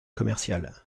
commercial